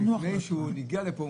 לפני שהוא הגיע לפה,